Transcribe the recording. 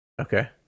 Okay